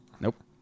Nope